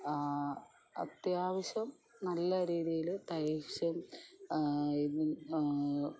അത്യാവശ്യം നല്ല രീതിയിൽ തയ്ച്ചും ഇതും